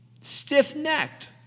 stiff-necked